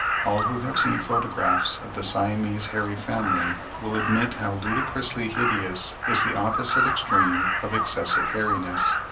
all who have seen photographs of the siamese hairy family will admit how ludicrously hideous is the opposite extreme of excessive hairiness.